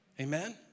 amen